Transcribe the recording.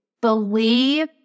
believe